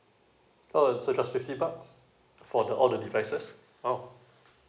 oh so just fifty bucks for the all the devices !wow!